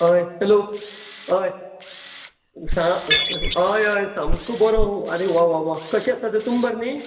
हय हॅलो होय सांग हय हय सामको बोरो आरे वाह वाह वाह कशे आसात तुमी बरें न्ही